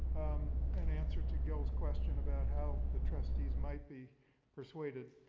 um, and answered to joe's question about how the trustees might be persuaded.